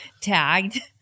tagged